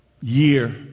year